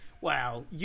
Wow